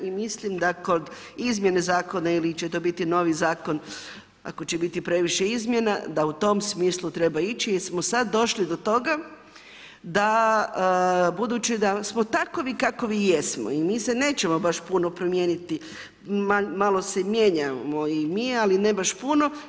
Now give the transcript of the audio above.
I mislim da kod izmjene zakona ili će to biti novi zakon ako će biti previše izmjena da u tom smislu treba ići jer smo sada došli do toga da budući da smo takovi kakovi jesmo i mi se nećemo baš puno promijeniti, malo se mijenjamo i mi ali ne baš puno.